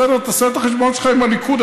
בסדר, תעשה את החשבון שלך עם הליכוד.